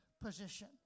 position